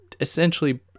essentially